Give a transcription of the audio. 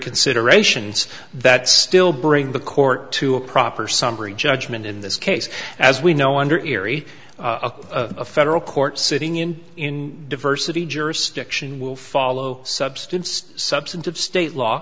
considerations that still bring the court to a proper summary judgment in this case as we know under erie a federal court sitting in in diversity jurisdiction will follow substance substantive state law